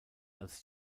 als